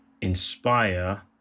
Inspire